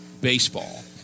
baseball